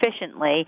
efficiently